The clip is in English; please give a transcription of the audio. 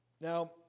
Now